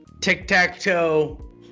Tic-tac-toe